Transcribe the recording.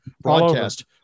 broadcast